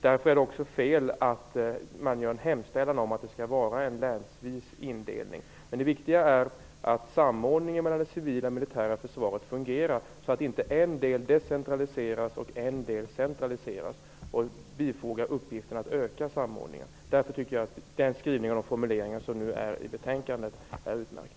Därför är det fel att göra en hemställan om en länsvis indelning. Det viktiga är att samordningen mellan det civila och det militära försvaret fungerar, så att inte en del decentraliseras och en del centraliseras och uppgiften att öka samordningen därmed bifogas. Därför tycker jag att skrivningen i betänkandet är utmärkt.